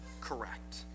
correct